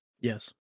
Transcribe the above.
Yes